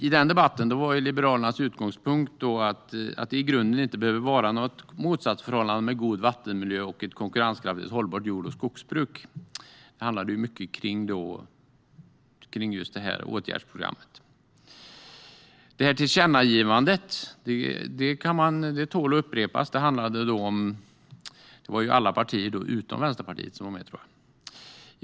I den debatten var Liberalernas utgångspunkt att det i grunden inte behöver vara något motsatsförhållande mellan en god vattenmiljö och ett konkurrenskraftigt hållbart jord och skogsbruk. Det handlade ju mycket om just det här åtgärdsprogrammet. Detta tillkännagivande tål att upprepas. Det var alla partier utom Vänsterpartiet som var med, tror jag.